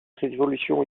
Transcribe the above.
révolution